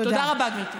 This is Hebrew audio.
תודה רבה, גברתי.